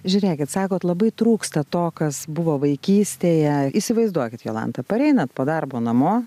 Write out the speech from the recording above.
žiūrėkit sakot labai trūksta to kas buvo vaikystėje įsivaizduokit jolanta pareinat po darbo namo